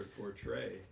portray